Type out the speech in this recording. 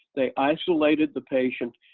they isolated the patient,